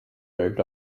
moved